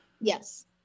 Yes